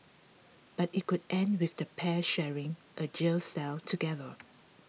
but it could end with the pair sharing a jail cell together